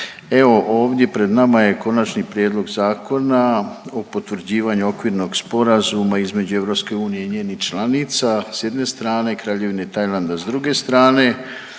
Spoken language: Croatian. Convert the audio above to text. Evo ovdje pred nama je Konačni prijedlog Zakona o potvrđivanju okvirnog sporazuma između EU i njenih članica s jedne strane i Kraljevine Tajlanda s druge strane.